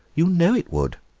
you know it would.